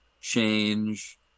change